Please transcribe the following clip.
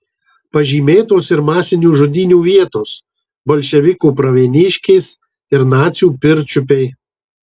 pažymėtos ir masinių žudynių vietos bolševikų pravieniškės ir nacių pirčiupiai